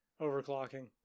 overclocking